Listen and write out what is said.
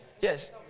yes